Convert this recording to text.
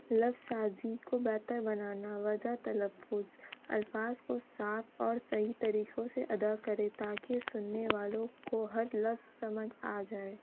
لفظ سازی کو بہتر بنانا وجہ تلفظ الفاظ کو صاف اور صحیح طریقوں سے ادا کرے تاکہ سننے والوں کو ہر لفظ سمجھ آ جائے